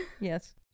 yes